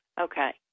Okay